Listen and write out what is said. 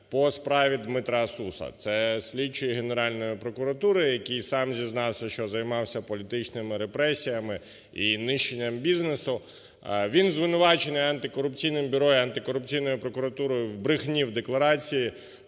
по справі Дмитра Суса, це слідчий Генеральної прокуратури, який сам зізнався, що займався політичними репресіями і нищенням бізнесу. Він звинувачений Антикорупційним бюро і Антикорупційною прокуратурою в брехні в декларації,